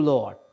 Lord